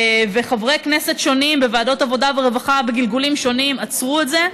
וחברי כנסת שונים בוועדות העבודה והרווחה בגלגולים שונים עצרו את זה,